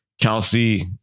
Kelsey